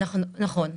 נכון.